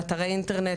אתרי אינטרנט,